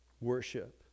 worship